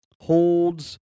holds